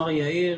אמר יאיר,